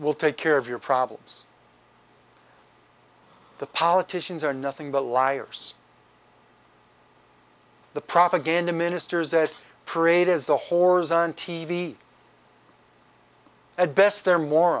we'll take care of your problems the politicians are nothing but a liar the propaganda ministers that parade as the whores on t v at best they're mor